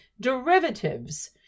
derivatives